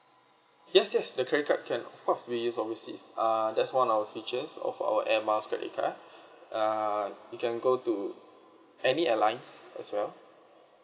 yes yes the credit card can of course be used overseas err that's one of our features of our air miles credit card ah you can go to any airlines as well